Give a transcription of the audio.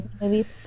movies